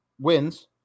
wins